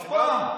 לא, אף פעם.